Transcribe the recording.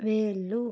వెళ్ళు